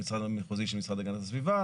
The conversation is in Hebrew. למשרד המחוזי של המשרד להגנת הסביבה,